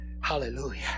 hallelujah